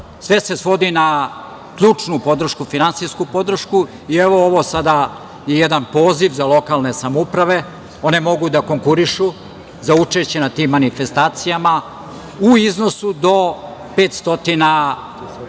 sve se svodi na ključnu podršku, finansijsku podršku i evo ovo sada je jedan poziv za lokalne samouprave, one mogu da konkurišu za učešće na tim manifestacijama u iznosu do 500